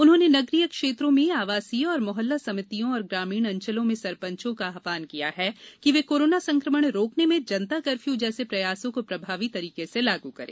उन्होंने नगरीय क्षेत्रों में आवासीय एवं मोहल्ला समितियों और ग्रामीण अंचल में सरपंचों का आव्हान किया कि वे कोरोना संक्रमण रोकने में जनता कर्फ्यू जैसे प्रयासों को प्रभावी तरीके से लागू करें